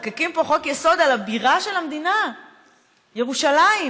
מחוקקים פה חוק-יסוד על הבירה של המדינה, ירושלים.